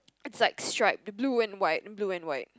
it's like striped blue and white blue and white